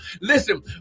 Listen